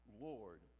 Lord